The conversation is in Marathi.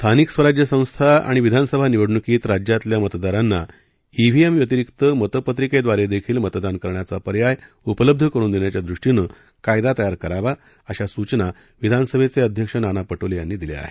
स्थानिक स्वराज्य संस्था आणि विधानसभा निवडणुकीत राज्यातल्या मतदारांना ईव्हीएम व्यतिरिक्त मतपत्रिकेद्वारे देखील मतदान करण्याचा पर्याय उपलब्ध करुन देण्याच्या दृष्टीनं कायदा तयार करावा अशा सूचना विधानसभेचे अध्यक्ष नाना पटोले यांनी दिल्या आहेत